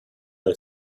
lay